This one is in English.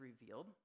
revealed